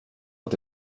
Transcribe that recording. att